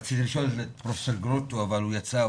רציתי לשאול את פרופ' גרוטו אבל הוא יצא.